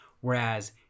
Whereas